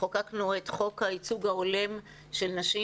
חוקקנו את חוק הייצוג ההולם של נשים